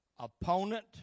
opponent